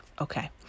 Okay